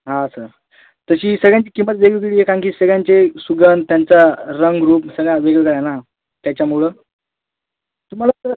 हां सर तशी सगळ्यांची किंमत वेगवेगळी आहे कारण की सगळ्यांचे सुगंध त्यांचा रंग रूप सगळा वेगवेगळा आहे ना त्याच्यामुळं तुम्हाला कुठं